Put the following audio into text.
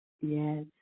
Yes